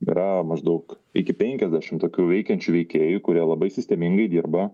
yra maždaug iki penkiasdešim tokių veikiančių veikėjų kurie labai sistemingai dirba